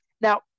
Now